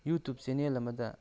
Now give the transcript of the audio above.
YouTube channel ꯑꯃꯗ